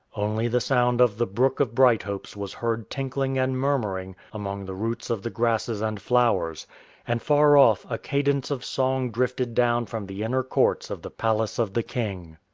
only the sound of the brook of brighthopes was heard tinkling and murmuring among the roots of the grasses and flowers and far off a cadence of song drifted down from the inner courts of the palace of the king.